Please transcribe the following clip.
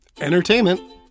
entertainment